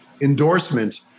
endorsement